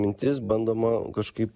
mintis bandoma kažkaip